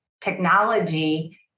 technology